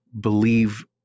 believe